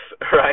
right